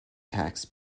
tax